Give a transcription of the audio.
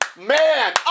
Man